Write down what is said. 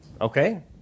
Okay